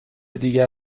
دیگر